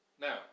Now